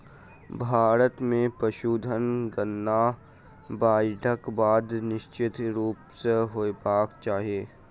भारत मे पशुधन गणना बाइढ़क बाद निश्चित रूप सॅ होयबाक चाही